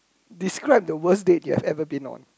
describe the worst you have ever been on